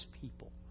people